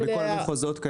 בכל המחוזות.